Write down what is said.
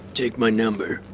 take my number.